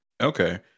Okay